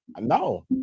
No